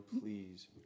please